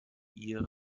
ihr